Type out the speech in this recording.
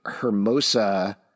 Hermosa